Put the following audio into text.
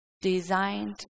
designed